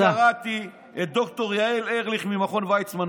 אני קראתי את ד"ר יעל ארליך ממכון ויצמן,